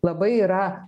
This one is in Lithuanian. labai yra